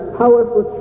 powerful